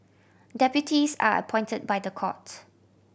deputies are appointed by the court